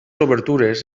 obertures